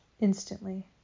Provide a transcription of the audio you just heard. instantly